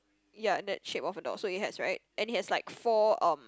ya that shape of a door so it has right and it has like four um